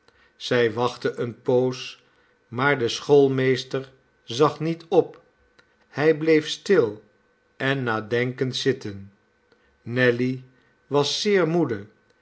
zij wachtte eene poos maar de schoolmeester zag niet op hij bleef stil en nadenkend zitten nelly was zeer moede